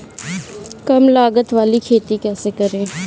कम लागत वाली खेती कैसे करें?